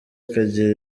akagira